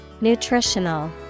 Nutritional